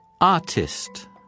Artist